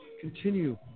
Continue